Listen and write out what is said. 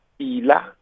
Ila